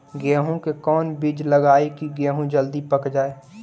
गेंहू के कोन बिज लगाई कि गेहूं जल्दी पक जाए?